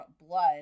blood